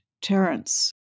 Terence